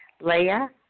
Leah